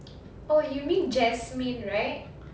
oh you mean jasmine right